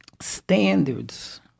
standards